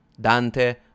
Dante